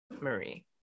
Marie